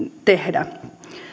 tehdä